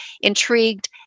intrigued